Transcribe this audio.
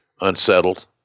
unsettled